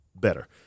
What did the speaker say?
better